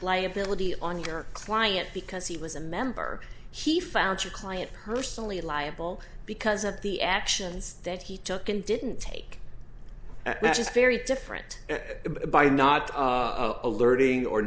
liability on your client because he was a member he found your client personally liable because of the actions that he took and didn't take that is very different by not alerting or